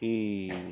ಈ